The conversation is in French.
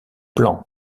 plan